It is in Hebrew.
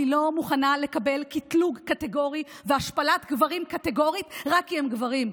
אני לא מוכנה לקבל קטלוג קטגורי והשפלת גברים קטגורית רק כי הם גברים.